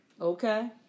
Okay